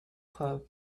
club